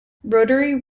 rotary